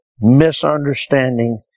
misunderstanding